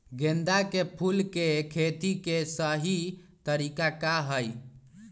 गेंदा के फूल के खेती के सही तरीका का हाई?